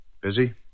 Busy